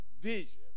vision